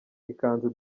ikanzu